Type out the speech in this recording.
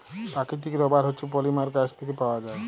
পাকিতিক রাবার হছে পলিমার গাহাচ থ্যাইকে পাউয়া যায়